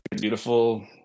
beautiful